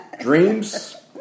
dreams